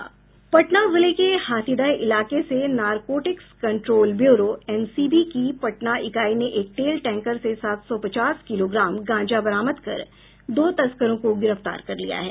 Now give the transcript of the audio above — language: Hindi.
पटना जिले के हाथीदह इलाके से नारकोटिक्स कंट्रोल ब्यूरो एनसीबी की पटना इकाई ने एक तेल टैंकर से सात सौ पचास किलोग्राम गांजा बरामद कर दो तस्करों को गिरफ्तार कर लिया है